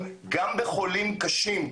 בדרך כזו או אחרת ויש הרבה דרכים,